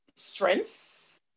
strength